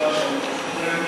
הרווחה והבריאות נתקבלה.